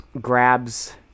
Grabs